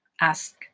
Ask